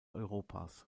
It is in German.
europas